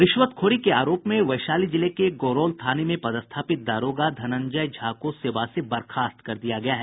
रिश्वतखोरी के आरोप में वैशाली जिले के गोरौल थाने में पदस्थापित दारोगा धनंजय झा को सेवा से बर्खास्त कर दिया गया है